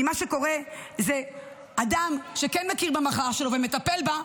כי מה שקורה זה שאדם שכן מכיר במחלה שלו ומטפל בה,